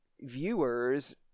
viewers